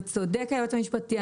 וצודק היועץ המשפטי,